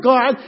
God